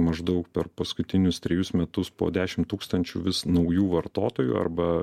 maždaug per paskutinius trejus metus po dešimt tūkstančių vis naujų vartotojų arba